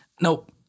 nope